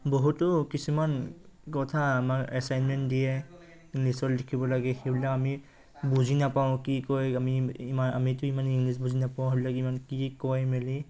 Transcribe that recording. বহুতো কিছুমান কথা আমাৰ এছাইনমেণ্ট দিয়ে ইংলিছত লিখিব লাগে সেইবিলাক আমি বুজি নাপাওঁ কি কয় আমি ইমান আমিতো ইমান ইংলিছ বুজি নাপাওঁ হ'লেও ইমান কি কয় মেলি